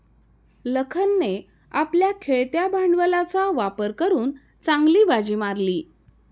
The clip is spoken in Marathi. लखनने आपल्या खेळत्या भांडवलाचा वापर करून चांगली बाजी मारली